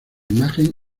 imagen